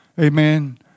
amen